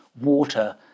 water